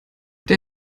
der